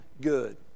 good